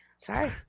sorry